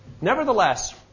Nevertheless